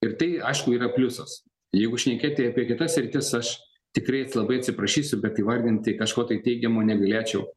ir tai aišku yra pliusas jeigu šnekėti apie kitas sritis aš tikrai labai atsiprašysiu bet įvardinti kažko tai teigiamo negalėčiau